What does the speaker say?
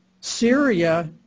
Syria